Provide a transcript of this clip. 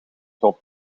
god